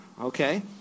okay